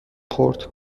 خورد